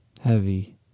Heavy